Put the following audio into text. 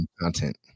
content